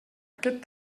aquest